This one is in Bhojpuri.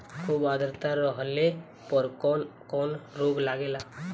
खुब आद्रता रहले पर कौन कौन रोग लागेला?